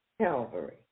Calvary